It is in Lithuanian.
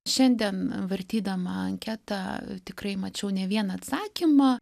šiandien vartydama anketą tikrai mačiau ne vieną atsakymą